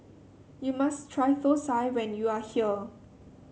you must try thosai when you are here